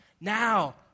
Now